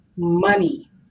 Money